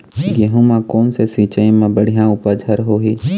गेहूं म कोन से सिचाई म बड़िया उपज हर होही?